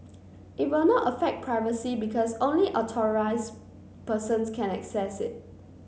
it will not affect privacy because only authorise persons can access it